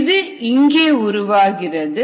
அது இங்கே உருவாகிறது